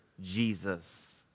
Jesus